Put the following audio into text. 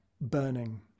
burning